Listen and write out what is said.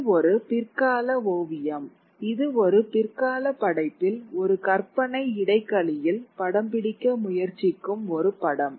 இது ஒரு பிற்கால ஓவியம் இது ஒரு பிற்கால படைப்பில் ஒரு கற்பனை இடைகழியில் படம்பிடிக்க முயற்சிக்கும் ஒரு படம்